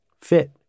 fit